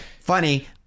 funny